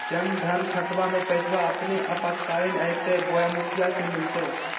जन धन खाताबा में पैसबा अपने आपातकालीन आयते बोया मुखिया से मिलते?